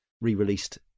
re-released